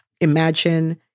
Imagine